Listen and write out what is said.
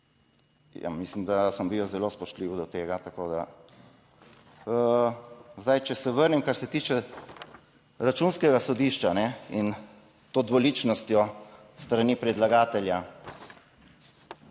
mislim, da sem bil jaz zelo spoštljiv do tega, tako da… Zdaj, če se vrnem kar se tiče Računskega sodišča in to dvoličnostjo s strani predlagatelja.